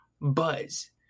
Buzz